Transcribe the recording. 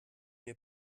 mir